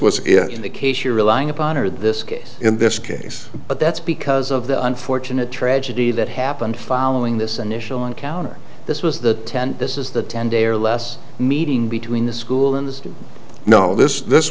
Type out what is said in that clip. was in the case you're relying upon or this case in this case but that's because of the unfortunate tragedy that happened following this initial encounter this was the ten this is the ten day or last meeting between the school and the city know this this